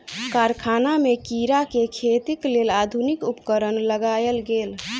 कारखाना में कीड़ा के खेतीक लेल आधुनिक उपकरण लगायल गेल